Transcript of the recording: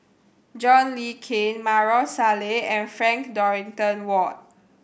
John Le Cain Maarof Salleh and Frank Dorrington Ward